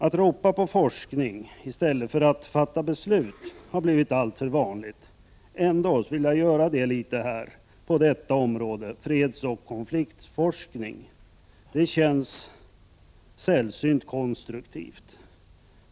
Att ropa på forskning i stället för att fatta beslut har blivit alltför vanligt — ändå vill jag göra det litet på detta område, nämligen fredsoch konfliktforskning. Det känns sällsynt konstruktivt.